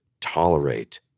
tolerate